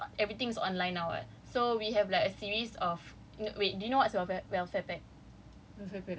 welfare pack kan everything is online now [what] so we have like a series of wait do you know what welfare welfare pack